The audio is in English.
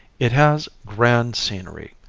it has grand scenery,